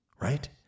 right